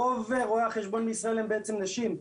רוב רואי החשבון בישראל הן בעצם נשים,